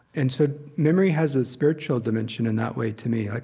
and so memory has a spiritual dimension in that way to me. like